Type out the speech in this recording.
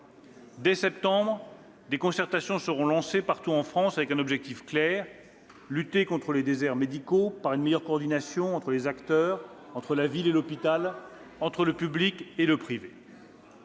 Dès septembre prochain, des concertations seront lancées, partout en France, avec un objectif clair : lutter contre les déserts médicaux, par une meilleure coordination entre les acteurs, entre la ville et l'hôpital, entre le public et le privé.